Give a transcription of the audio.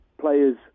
players